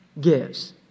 gives